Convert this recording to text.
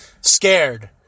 Scared